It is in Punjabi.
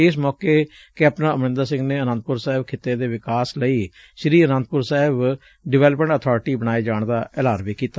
ਇਸ ਮੌਕੇ ਕੈਪਟਨ ਅਮਰੰਦਰ ਸਿੰਘ ਨੇ ਆਨੰਦਪੁਰ ਸਾਹਿਬ ਖਿੱਤੇ ਦੇ ਵਿਕਾਸ ਲਈ ਸ੍ਰੀ ਅਨੰਦਪੁਰ ਸਾਹਿਬ ਡਿਵੈਲਪਮੈਂਟ ਅਬਾਰਿਟੀ ਬਣਾਏ ਜਾਣ ਦਾ ਐਲਾਨ ਵੀ ਕੀਤਾ